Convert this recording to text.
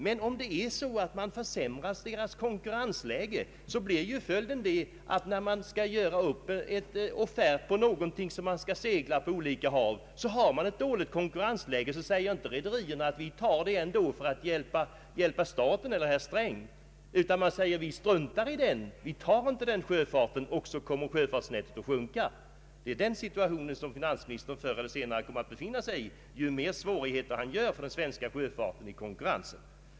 Men om man försämrar deras konkurrensläge blir ju följden, när det gäller offerter om segling på olika hav, inte att rederierna säger: ”Vi tar detta ändå för att hjälpa herr Sträng.” Man säger att man struntar i den affären, och så kommer sjöfartsnettot att sjunka. Det är den situationen som finansministern förr eller senare kommer att befinna sig i, när han gör svårigheter för den svenska sjöfarten i konkurrensen.